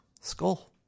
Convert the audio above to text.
Skull